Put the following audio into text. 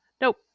Nope